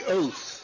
oath